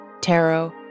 tarot